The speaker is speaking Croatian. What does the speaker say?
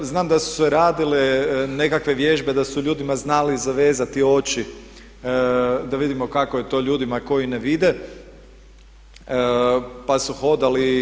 Znam da su se radile nekakve vježbe, da su ljudima znali zavezati oči da vidimo kako je to ljudima koji ne vide, pa su hodali.